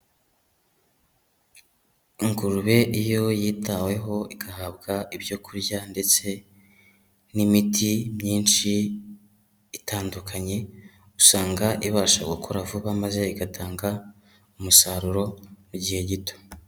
Ingurube iyo yitaweho igahabwa ibyo kurya ndetse n'imiti myinshi itandukanye, usanga ibasha gukura vuba maze igatanga umusaruro mu gihe gito.